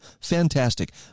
fantastic